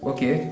Okay